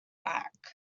back